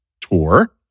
tour